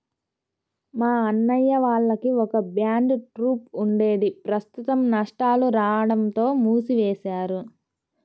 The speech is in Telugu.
మా అన్నయ్య వాళ్లకి ఒక బ్యాండ్ ట్రూప్ ఉండేది ప్రస్తుతం నష్టాలు రాడంతో మూసివేశారు